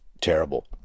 terrible